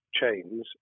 chains